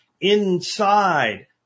inside